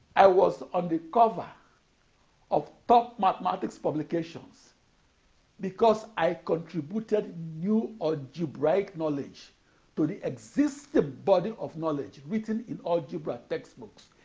i was on the cover of top mathematics publications because i contributed new algebraic knowledge to the existing body of knowledge written in algebra textbooks,